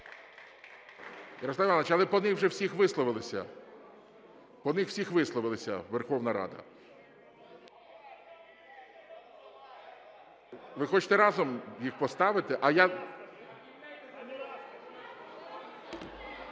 Ви хочете разом їх поставити…